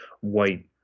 white